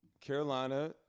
Carolina